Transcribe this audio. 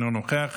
אינו נוכח,